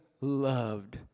loved